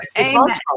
Amen